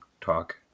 talk